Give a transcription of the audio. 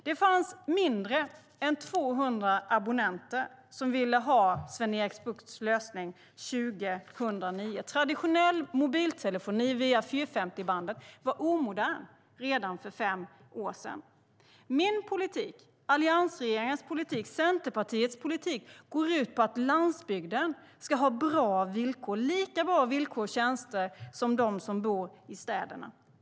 Det fanns färre än 200 abonnenter som ville ha Sven-Erik Buchts lösning 2009. Traditionell mobiltelefoni via 450-bandet var omodern redan för fem år sedan. Min politik, alliansregeringens politik och Centerpartiets politik går ut på att landsbygden ska ha bra villkor. Människorna där ska ha lika bra villkor och tjänster som de som bor i städerna.